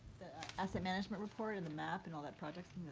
asset management report, and the map, and all that project.